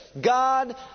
God